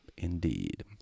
Indeed